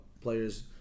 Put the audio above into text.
Players